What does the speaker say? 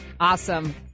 Awesome